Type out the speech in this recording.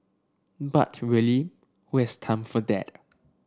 but really who has time for that